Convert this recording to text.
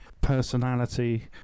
personality